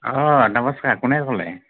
অঁ নমস্কাৰ কোনে ক'লে